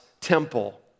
temple